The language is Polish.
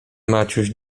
maciuś